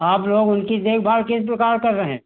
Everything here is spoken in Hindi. आप लोग उनकी देखभाल किस प्रकार कर रहे